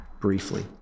briefly